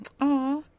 aw